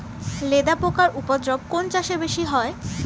লেদা পোকার উপদ্রব কোন চাষে বেশি হয়?